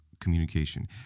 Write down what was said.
communication